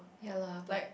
ya lah but